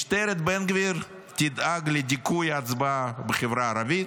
משטרת בן גביר תדאג לדיכוי ההצבעה בחברה הערבית,